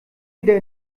wieder